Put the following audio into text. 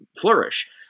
flourish